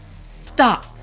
Stop